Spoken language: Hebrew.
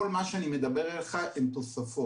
כל מה שאני מדבר אליך הוא תוספות.